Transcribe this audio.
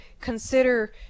consider